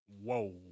Whoa